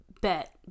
Bet